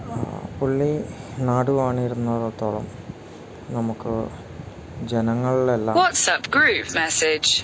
പുള്ളി നാടുവാണീടുന്നിടത്തോളം നമുക്ക് ജനങ്ങളിലെല്ലാം